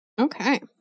okay